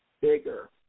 bigger